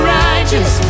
righteous